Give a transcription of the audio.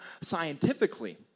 scientifically